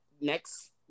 Next –